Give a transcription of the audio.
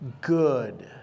good